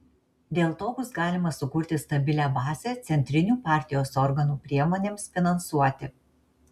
dėl to bus galima sukurti stabilią bazę centrinių partijos organų priemonėms finansuoti